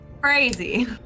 Crazy